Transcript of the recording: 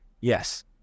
Yes